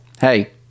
hey